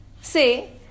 say